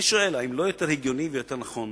אני שואל: האם לא יותר הגיוני ויותר נכון